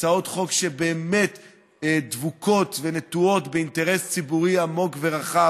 הצעות חוק שבאמת דבוקות ונטועות באינטרס ציבורי עמוק ורחב.